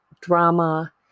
drama